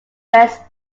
west